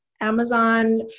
amazon